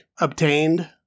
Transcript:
obtained